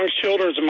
children's